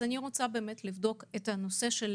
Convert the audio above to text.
אני רוצה לבדוק את הנושא של